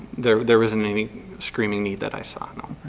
there there isn't any screaming need that i saw, no.